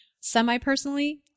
Semi-personally